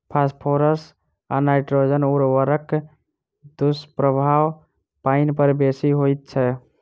phosphorus आ nitrogen उर्वरकक दुष्प्रभाव पाइन पर बेसी होइत छै